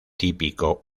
típico